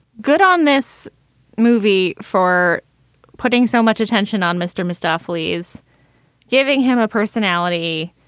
good on this movie for putting so much attention on mr. moustafa lee's giving him a personality.